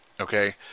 Okay